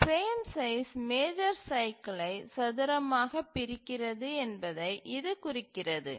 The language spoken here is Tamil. பிரேம் சைஸ் மேஜர் சைக்கிலை சதுரமாக பிரிக்கிறது என்பதை இது குறிக்கிறது